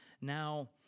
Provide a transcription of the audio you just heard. Now